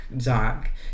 zach